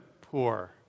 poor